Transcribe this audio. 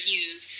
use